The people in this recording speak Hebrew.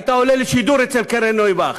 היית עולה לשידור אצל קרן נויבך.